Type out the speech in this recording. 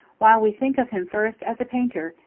while we think of him first as a painter,